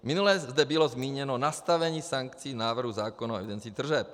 Minule zde bylo zmíněno nastavení sankcí návrhu zákona o evidenci tržeb.